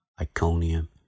Iconium